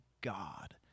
God